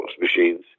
machines